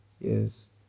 yes